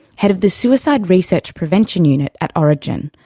head of the suicide research prevention unit at orygen,